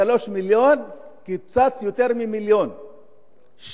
מ-3 מיליון קוצץ יותר מ-1 מיליון שקל.